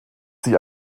sie